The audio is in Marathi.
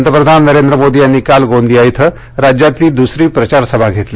पंतप्रधान नरेंद्र मोदी यांनी काल गोंदिया इथ राज्यातली दुसरी प्रचार सभा घेतली